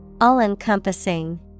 All-encompassing